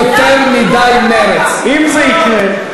אבל אם זה יקרה,